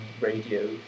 radio